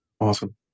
Awesome